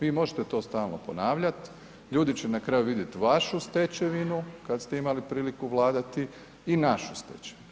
Vi možete to stalno ponavljat, ljudi će na kraju vidjet vašu stečevinu kad ste imali priliku vladati i našu stečevinu.